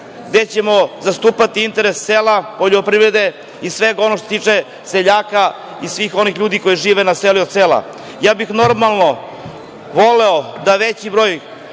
gde ćemo zastupati interes sela, poljoprivrede i svega onoga što se tiče seljaka i svih onih ljudi koji žive na selu i od sela. Ja bih voleo da veći broj